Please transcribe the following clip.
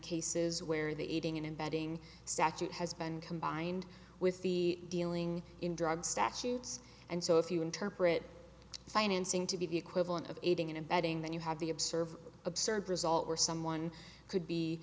cases where the aiding and abetting statute has been combined with the dealing in drugs statutes and so if you interpret financing to be the equivalent of aiding and abetting then you have the observer observe result or someone could be